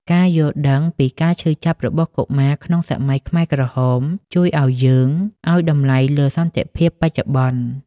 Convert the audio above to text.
ការយល់ដឹងពីការឈឺចាប់របស់កុមារក្នុងសម័យខ្មែរក្រហម ជួយឱ្យយើងឱ្យតម្លៃលើសន្តិភាពបច្ចុប្បន្ន។